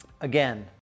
Again